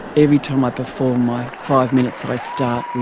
every time i perform my five minutes i start with